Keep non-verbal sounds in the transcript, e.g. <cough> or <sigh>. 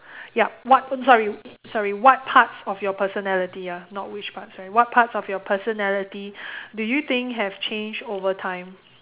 yup what oh sorry sorry what parts of your personality ah not which part sorry what parts of your personality <breath> do you think have changed over time